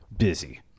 Busy